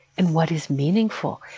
and what is meaningful,